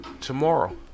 tomorrow